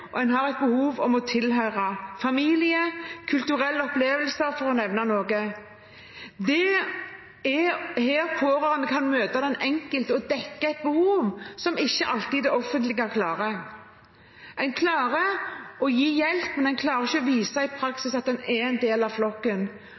tilhøre en familie, ha kulturelle opplevelser, for å nevne noe. Det er her pårørende kan møte den enkelte og dekke et behov som det offentlige ikke alltid klarer. En klarer å gi hjelp, men en klarer ikke å vise i